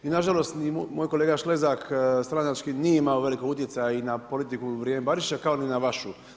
I nažalost moj kolega Šlezak stranački nije imao velikog utjecaja i na politiku u vrijeme Barišića, kao ni na vašu.